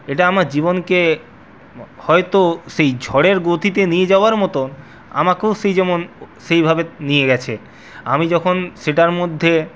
এটা আমার জীবনকে হয়তো সেই ঝড়ের গতিতে নিয়ে যাওয়ার মতো আমাকেও সেই যেমন সেইভাবে নিয়ে গেছে আমি যখন সেটার মধ্যে